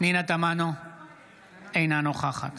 אינה נוכחת